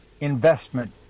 investment